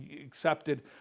accepted